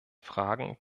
fragen